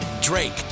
drake